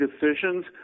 decisions